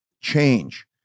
change